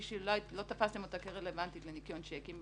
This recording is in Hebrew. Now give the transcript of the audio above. המשמעות היא שלא תפסתם אותה כרלוונטית לניכיון צ'קים,